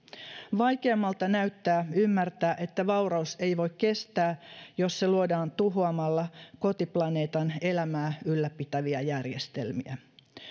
vaikeimmalta näyttää ymmärtää että vauraus ei voi kestää jos se luodaan tuhoamalla kotiplaneetan elämää ylläpitäviä järjestelmiä